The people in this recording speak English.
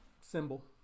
symbol